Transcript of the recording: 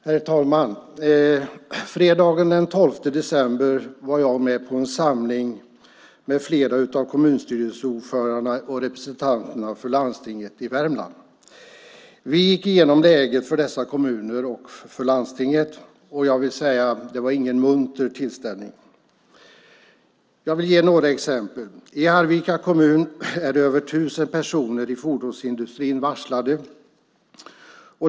Herr talman! Fredagen den 12 december var jag med på en samling med flera av kommunstyrelseordförandena och representanter för landstinget i Värmland. Vi gick igenom läget för dessa kommuner och för landstinget. Det var ingen munter tillställning. Jag ska ge några exempel. I Arvika kommun är över 1 000 personer i fordonsindustrin varslade.